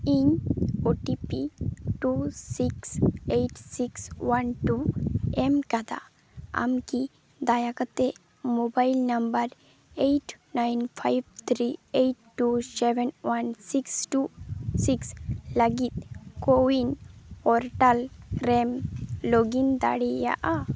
ᱤᱧ O T P two six eight six one two ᱮᱢ ᱟᱠᱟᱫᱟ ᱟᱢᱠᱤ ᱫᱟᱭᱟ ᱠᱟᱛᱮᱫ mobile number eight nine five three eight two seven one six two six ᱞᱟᱹᱜᱤᱫ coin portal ᱨᱮᱢ ᱞᱚᱜᱽᱤᱱ ᱫᱟᱲᱮᱭᱟᱜᱼᱟ